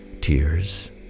tears